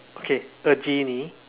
okay a genie